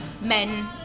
men